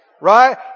Right